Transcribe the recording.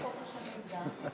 יציג את החוק השר גלעד ארדן.